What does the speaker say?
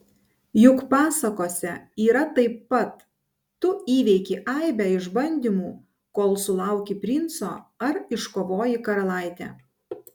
juk pasakose yra taip pat tu įveiki aibę išbandymų kol sulauki princo ar iškovoji karalaitę